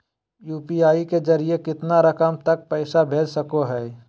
UPI के जरिए कितना रकम तक पैसा भेज सको है?